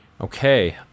Okay